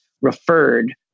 referred